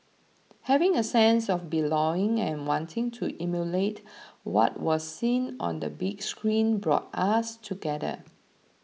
having a sense of belonging and wanting to emulate what was seen on the big screen brought us together